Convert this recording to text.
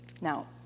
Now